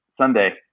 Sunday